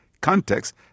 context